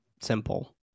simple